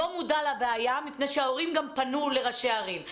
מודע לבעיה מפני שההורים גם פנו לראשי ערים.